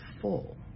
full